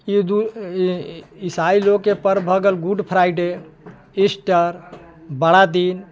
इसाइ लोगोंके पर्ब भऽ गेल गुड फ्राइडे इस्टर बड़ा दिन